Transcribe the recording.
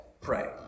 pray